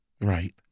right